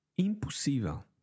Impossível